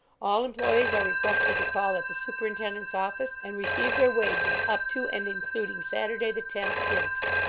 all employees are requested to call at the superintendent's office and receive their wages up to and including saturday, the tenth inst.